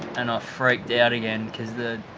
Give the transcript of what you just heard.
and i freaked out again because the